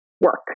work